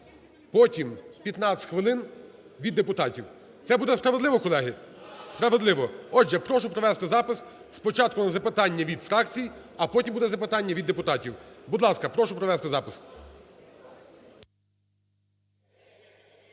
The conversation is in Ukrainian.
потім 15 хвилин від депутатів, це буде справедливо, колеги? Справедливо. Отже, прошу провести запис, спочатку на запитання від фракцій, а потім буде запитання від депутатів. Будь ласка, прошу провести запис.